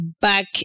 back